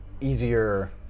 easier